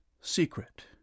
secret